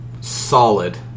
solid